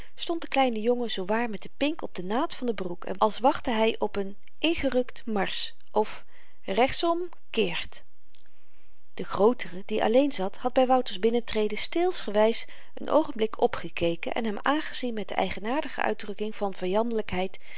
stond de kleine jongen zoo waar met den pink op den naad van de broek als wachtte hy op n ingerukt marsch of rechts om keert de grootere die alleen zat had by wouters binnentreden steelsgewys n oogenblik opgekeken en hem aangezien met de eigenaardige uitdrukking van